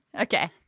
Okay